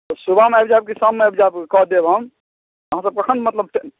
तऽ सुबहमे आबि जायब कि शाममे आबि जायब कऽ देब हम अहाँसभ कखन मतलब टाइम